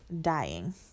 dying